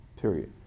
Period